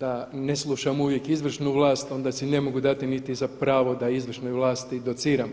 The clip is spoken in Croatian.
da ne slušam uvijek izvršnu vlast onda si ne mogu dati niti za pravo da izvršnoj vlasti dociram.